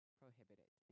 prohibited